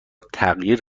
تغییر